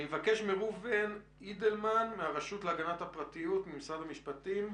אני מבקש לשמוע את ראובן אידלמן מהרשות להגנת הפרט במשרד המשפטים.